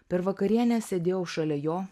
per vakarienę sėdėjau šalia jo